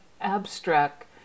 abstract